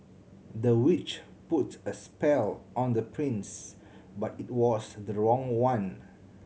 the witch put a spell on the prince but it was the wrong one